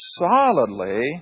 solidly